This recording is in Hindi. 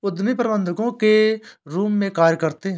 उद्यमी प्रबंधकों के रूप में कार्य करते हैं